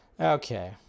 Okay